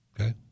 Okay